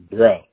Bro